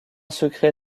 secret